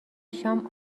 شام